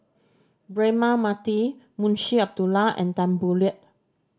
Braema Mathi Munshi Abdullah and Tan Boo Liat